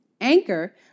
Anchor